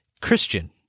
Christian